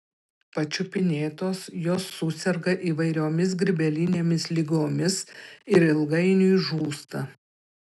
pačiupinėtos jos suserga įvairiomis grybelinėmis ligomis ir ilgainiui žūsta